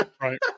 Right